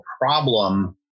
problem